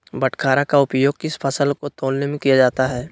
बाटखरा का उपयोग किस फसल को तौलने में किया जाता है?